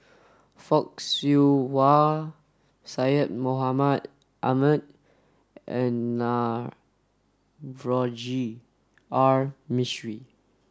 Fock Siew Wah Syed Mohamed Ahmed and Navroji R Mistri